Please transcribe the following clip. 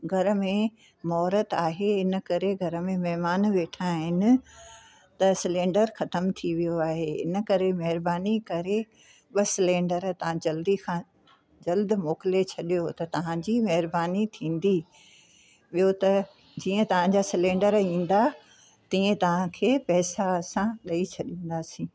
घर में महूरतु आहे इनकरे घर में महिमान वेठा आहिनि त सिलेंडर ख़तमु थी वियो आहे इनकरे महिरबानी करे ॿ सिलेंडर तव्हां जल्दी खां जल्द मोकिले छॾियो त तव्हांजी महिरबानी थींदी ॿियो त जीअं तव्हांजा सिलेंडर ईंदा तीअं तव्हांखे पैसा असां ॾेई छॾींदासीं